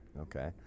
okay